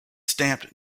stamped